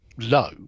low